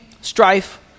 strife